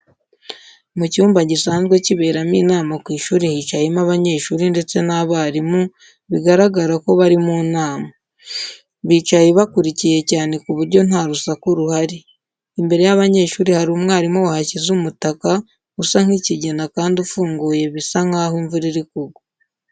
Mu cyumba gisanzwe kiberamo inama ku ishuri hicayemo abanyeshuri ndetse n'abarimu, bigaragara ko bari mu nama. Bicaye bakurikiye cyane ku buryo nta rusaku ruhari. Imbere y'abanyeshuri hari umwarimu wahashyize umutaka usa nk'ikigina kandi ufunguye bisa nkaho imvura iri kugwa.